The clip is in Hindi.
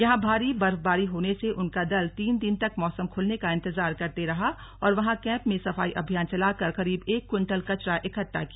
यहां भारी बर्फबारी होने से उनका दल तीन दिन तक मौसम खुलने का इंतजार करते रहा और वहां कैंप में सफाई अभियान चलाकर करीब एक क्विंटल कचरा इक्कठा किया